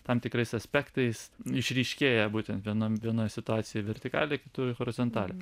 tam tikrais aspektais išryškėja būtent vienam vienoj situacijoj vertikalė kitur horizontalė